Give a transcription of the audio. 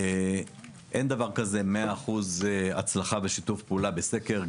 אין דבר כזה 100% הצלחה ושיתוף פעולה בסקר.